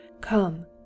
Come